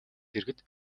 дэргэд